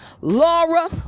Laura